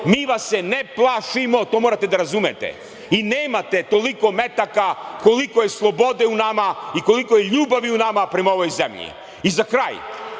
Mi vas se ne plašimo. To morate da razumete. Nemate toliko metaka koliko je slobode u nama i koliko je ljubavi u nama prema ovoj zemlji.I, za kraj,